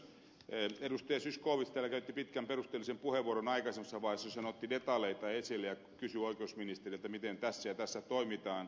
zyskowicz täällä käytti aikaisemmassa vaiheessa pitkän perusteellisen puheenvuoron jossa hän otti detaljeita esille ja kysyi oikeusministeriltä miten tässä ja tässä toimitaan